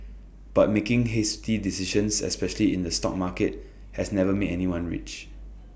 but making hasty decisions especially in the stock market has never made anyone rich